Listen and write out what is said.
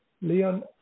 Leon